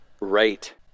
Right